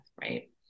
right